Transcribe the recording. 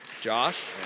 Josh